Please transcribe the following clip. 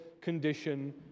condition